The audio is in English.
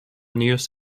news